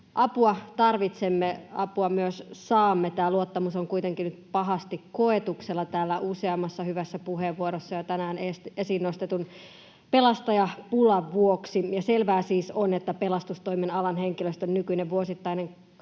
apua tarvitsemme, apua myös saamme. Tämä luottamus on kuitenkin nyt pahasti koetuksella täällä useammassa hyvässä puheenvuorossa esiin nostetun pelastajapulan vuoksi. Selvää siis on, että pelastustoimen alan henkilöstön nykyinen vuosittainen koulutusmäärä